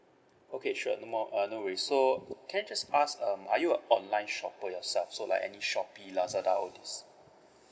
okay sure no more uh no worries so can I just ask um are you a online shopper yourself so like any Shopee Lazada all this